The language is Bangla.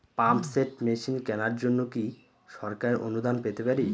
পাম্প সেট মেশিন কেনার জন্য কি সরকারি অনুদান পেতে পারি?